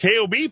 KOB